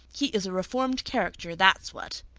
he is a reformed character, that's what.